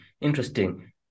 interesting